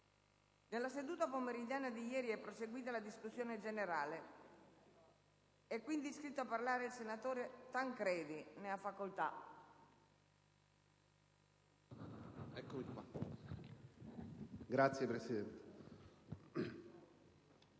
nella seduta pomeridiana di ieri è proseguita la discussione generale. È iscritto a parlare il senatore Tancredi. Ne ha facoltà.